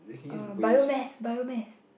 err biomass biomass